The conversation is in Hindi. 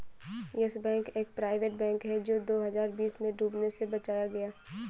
यस बैंक एक प्राइवेट बैंक है जो दो हज़ार बीस में डूबने से बचाया गया